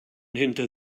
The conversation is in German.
hinter